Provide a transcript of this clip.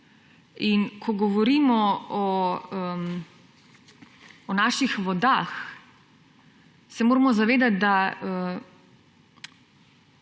Ko govorimo o naših vodah, se moramo zavedati, da